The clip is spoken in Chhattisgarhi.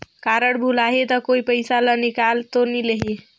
कारड भुलाही ता कोई पईसा ला निकाल तो नि लेही?